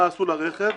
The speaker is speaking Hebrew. מה עשו לרכב,